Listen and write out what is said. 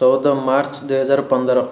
ଚଉଦ ମାର୍ଚ୍ଚ ଦୁଇହଜାର ପନ୍ଦର